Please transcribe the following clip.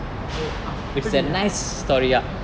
oh அப்டியா:apdiyaa